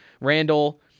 Randall